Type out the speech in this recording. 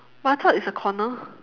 but I thought it's a corner